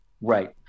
Right